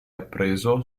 appreso